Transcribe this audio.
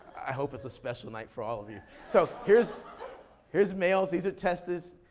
i hope it's a special night for all of you. so, here's here's males, these are testes,